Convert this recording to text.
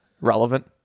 Relevant